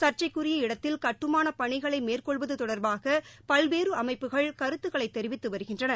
சா்சகைக்குரிய இடத்தில் கட்டுமான பணிகளை மேற்கொள்வது தொடர்பாக பல்வேறு அமைப்புகள் கருத்துக்களை தெரிவித்து வருகின்றன